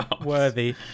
worthy